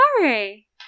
sorry